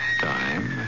time